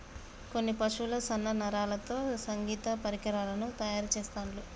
కొన్ని పశువుల సన్న నరాలతో సంగీత పరికరాలు తయారు చెస్తాండ్లు